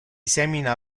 semina